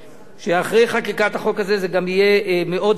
שאחרי חקיקת החוק הזה זה גם יהיה מאוד אקטואלי.